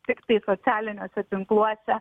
tiktai socialiniuose tinkluose